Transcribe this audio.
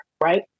right